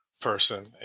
person